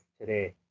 today